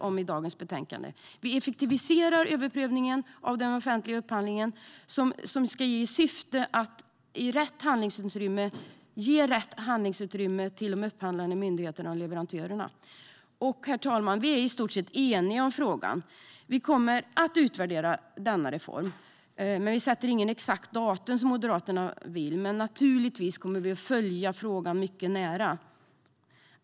Vi effektiviserar överprövning av offentlig upphandling. Syftet är att ge rätt handlingsutrymme till upphandlande myndigheter och leverantörer. Herr talman! Vi är i stort sett eniga i frågan. Vi kommer att utvärdera denna reform. Vi sätter inget exakt datum, som Moderaterna vill. Men vi kommer naturligtvis att följa frågan mycket noga.